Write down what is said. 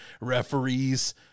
referees